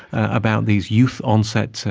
about these youth onset, so